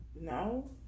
No